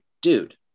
dude